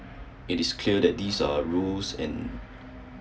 it is clear that these are rules in